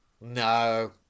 No